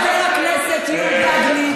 חבר הכנסת יהודה גליק,